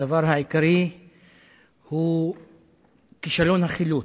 הדבר העיקרי הוא כישלון החילוץ,